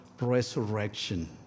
resurrection